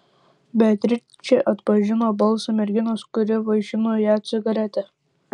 beatričė atpažino balsą merginos kuri vaišino ją cigarete